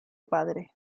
padre